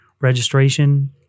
registration